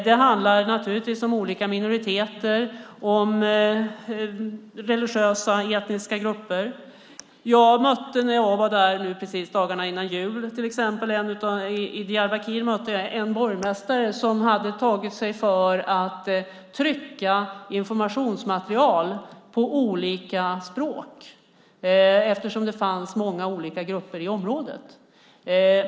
Det handlar naturligtvis om olika minoriteter, religiösa och etniska grupper. När jag var i Diyarbakir dagarna före jul mötte jag till exempel en borgmästare som hade tagit sig för att trycka informationsmaterial på olika språk eftersom det fanns många olika grupper i området.